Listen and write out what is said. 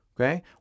okay